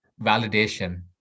validation